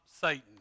Satan